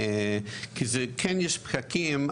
כן יש פקקים,